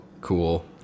cool